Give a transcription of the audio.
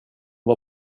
var